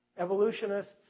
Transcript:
Evolutionists